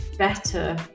Better